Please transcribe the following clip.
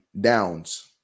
Downs